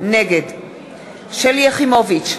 נגד שלי יחימוביץ,